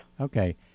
Okay